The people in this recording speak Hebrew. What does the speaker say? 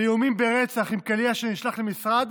לאיומים ברצח בקליע שנשלח למשרד,